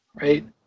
right